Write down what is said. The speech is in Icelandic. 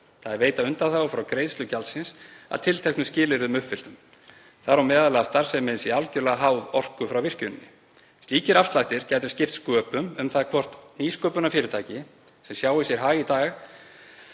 þ.e. veita undanþágu frá greiðslu gjaldsins að tilteknum skilyrðum uppfylltum, þar á meðal að starfsemin sé algjörlega háð orku frá virkjuninni. Slíkir afslættir gætu skipt sköpum um það hvort nýsköpunarfyrirtæki, sem sjá sér hag í að